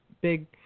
big